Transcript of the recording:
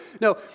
No